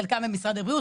חלקם במשרד הבריאות,